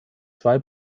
zwei